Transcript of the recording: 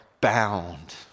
bound